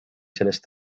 sellest